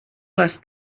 les